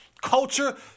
culture